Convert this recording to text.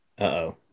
Uh-oh